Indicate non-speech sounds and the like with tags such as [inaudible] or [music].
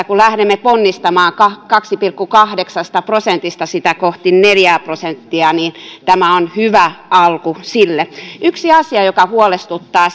[unintelligible] kun lähdemme ponnistamaan kahdesta pilkku kahdeksasta prosentista kohti neljää prosenttia niin tämä on hyvä alku sille yksi asia joka huolestuttaa [unintelligible]